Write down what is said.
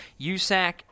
USAC